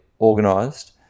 organised